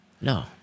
No